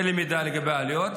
אין לי מידע לגבי עלויות,